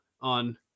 on